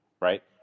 right